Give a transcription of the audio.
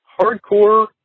hardcore